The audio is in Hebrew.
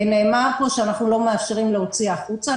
נאמר פה שאנחנו לא מאפשרים להוציא החוצה.